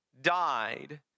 died